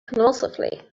convulsively